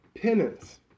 penance